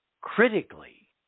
critically